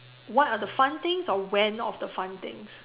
what are the fun things or when of the fun things